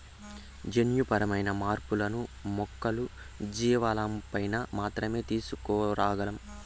జన్యుపరమైన మార్పులను మొక్కలు, జీవజాలంపైన మాత్రమే తీసుకురాగలం